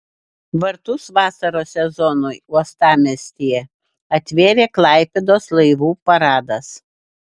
vartus vasaros sezonui uostamiestyje atvėrė klaipėdos laivų paradas